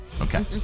okay